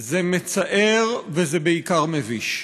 זה מצער, וזה בעיקר מביש.